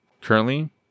currently